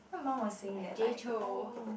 my mum was saying that like oh